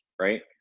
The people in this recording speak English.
right